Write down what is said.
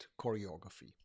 choreography